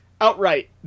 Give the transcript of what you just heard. outright